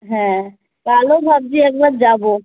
হ্যাঁ কালও ভাবছি একবার যাব